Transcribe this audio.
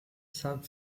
sub